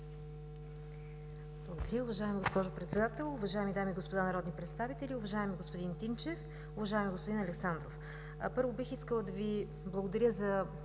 благодаря